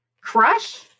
Crush